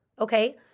Okay